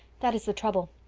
that is the trouble.